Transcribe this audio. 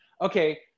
Okay